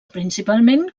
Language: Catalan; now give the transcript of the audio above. principalment